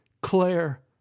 Claire